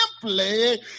simply